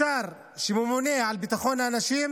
השר שממונה על הביטחון לאנשים